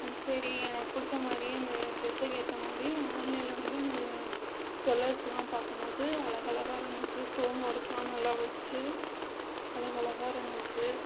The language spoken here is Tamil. சரி எனக்கு பிடிச்ச மாதிரி இந்த டிரஸுக்கு ஏற்ற மாதிரி ஆன்லைனில் வந்து இந்த ஜூல்லர்ஸெலாம் பார்க்கும்போது அழகளகா இருந்துச்சு ஸ்டோன் ஒர்க்கெலாம் நல்லா வச்சு அழகளகா இருந்துச்சு